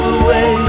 away